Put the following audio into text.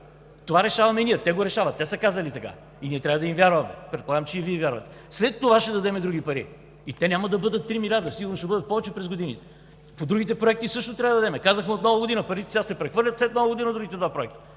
стига засега. Те го решават, те са казали така и ние трябва да им вярваме, а предполагам, че и Вие им вярвате. След това ще дадем други пари и те няма да бъдат 3 милиарда, а сигурно ще бъдат повече през годините. По другите проекти също трябва да дадем. Казахме, че парите сега се прехвърлят и след Нова година са другите два проекта.